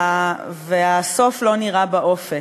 והסוף לא נראה באופק.